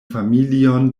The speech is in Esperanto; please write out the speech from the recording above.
familion